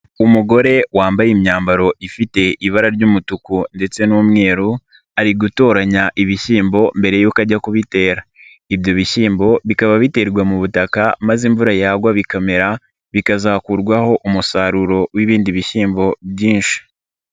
Umugore wambaye imyambaro ifite ibara ry'umutuku ndetse n'umweru, ari gutoranya ibishyimbo mbere yuko ajya kubitera, ibyo bishyimbo bikaba biterwa mu butaka maze imvura yagwa bikamera bikazakurwaho umusaruro w'ibindi bishyimbo byinshi.